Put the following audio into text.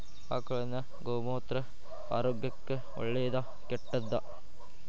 ಆಕಳಿನ ಗೋಮೂತ್ರ ಆರೋಗ್ಯಕ್ಕ ಒಳ್ಳೆದಾ ಕೆಟ್ಟದಾ?